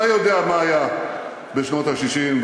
אתה יודע מה היה בשנות ה-60,